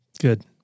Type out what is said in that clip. good